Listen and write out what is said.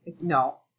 No